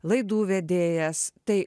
laidų vedėjas tai